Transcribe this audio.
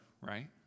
right